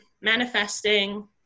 manifesting